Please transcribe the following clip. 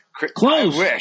Close